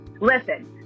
Listen